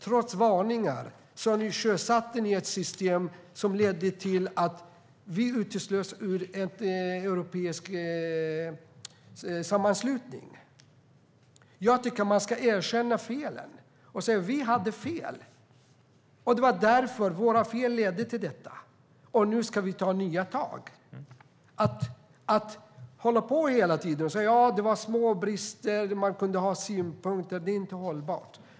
Trots varningar sjösatte ni ett system som ledde till att vi uteslöts ur en europeisk sammanslutning. Jag tycker att man ska erkänna felen och säga: Vi hade fel, våra fel ledde till detta, och nu ska vi ta nya tag. Att hela tiden säga "Ja, det var små brister, och man kunde ha synpunkter" är inte hållbart.